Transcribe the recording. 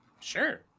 Sure